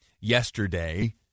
yesterday